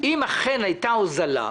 אם אכן הייתה הוזלה,